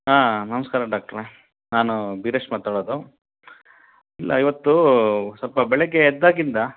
ಹಾಂ ನಮಸ್ಕಾರ ಡಾಕ್ಟ್ರೇ ನಾನು ಬೀರೇಶ್ ಮಾತಾಡೋದು ಇಲ್ಲ ಇವತ್ತು ಸ್ವಲ್ಪ ಬೆಳಗ್ಗೆ ಎದ್ದಾಗಿಂದ